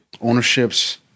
Ownership's